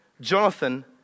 Jonathan